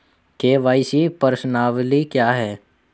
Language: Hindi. के.वाई.सी प्रश्नावली क्या है?